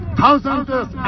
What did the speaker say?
thousands